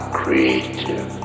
creative